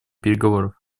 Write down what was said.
переговоров